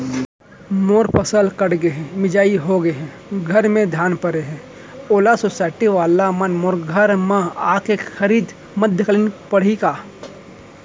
मोर फसल कट गे हे, मिंजाई हो गे हे, घर में धान परे हे, ओला सुसायटी वाला मन मोर घर म आके खरीद मध्यकालीन पड़ही का?